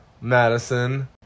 madison